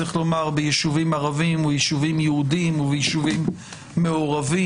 צריך לומר ביישובים ערביים או ישובים יהודיים או ישובים מעורבים.